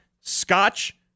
Scotch